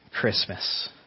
Christmas